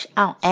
on